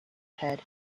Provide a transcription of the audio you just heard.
head